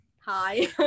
Hi